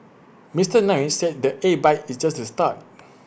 Mister Nair said the A bike is just the start